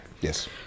Yes